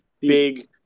big